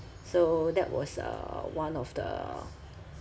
so that was uh one of the